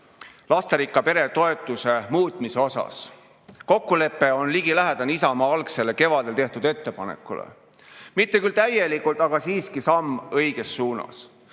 lasterikka pere toetuse muutmise koha pealt. Kokkulepe on ligilähedane Isamaa algsele kevadel tehtud ettepanekule – mitte küll täielikult, aga siiski samm õiges suunas.